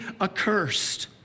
accursed